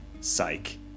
Psych